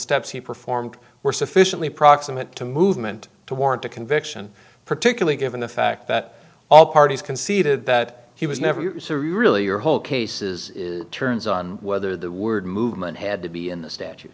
steps he performed were sufficiently proximate to movement to warrant a conviction particularly given the fact that all parties conceded that he was never really your whole case is turns on whether the word movement had to be in the statu